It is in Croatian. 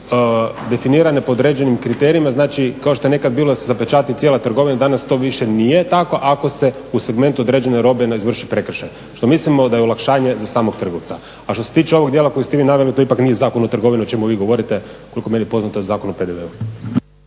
definirane po određenim kriterijima, znači, kao što je nekada bilo da se zapečati cijela trgovina, danas to više nije tako ako se u segmentu određene robe ne izvrši prekršaj što mislimo da je olakšanje za samog trgovca. A što se tiče ovog dijela koji ste vi … to ipak nije Zakon o trgovini o čemu vi govorite, koliko je meni poznato, to je Zakon o PDV-u.